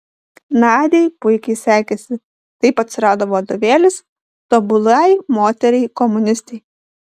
nadiai puikiai sekėsi taip atsirado vadovėlis tobulai moteriai komunistei